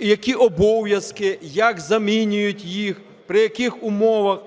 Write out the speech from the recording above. які обов'язки, як замінюють їх, при яких умовах,